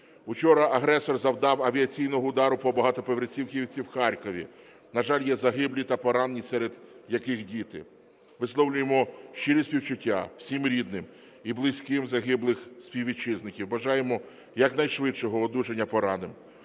Вчора агресор завдав авіаційного удару по багатоповерхівці в Харкові. На жаль, є загиблі та порені, серед яких діти. Висловлюємо щирі співчуття всім рідним і близьким загиблих співвітчизників. Бажаємо якнайшвидшого одужання пораненим.